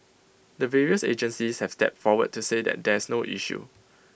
the various agencies have stepped forward to say that there's no issue